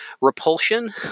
repulsion